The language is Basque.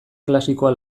klasikoa